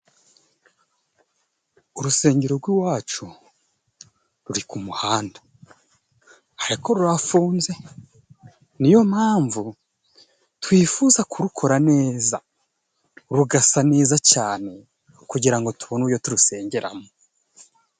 Urusengero rw'iwacu ruri ku muhanda. Ariko rurafunze niyo mpamvu twifuza kurukora neza rugasa neza cyane kugirango tubone uburyo turusengeramo.